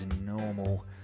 normal